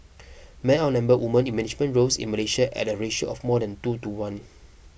men outnumber women in management roles in Malaysia at a ratio of more than two to one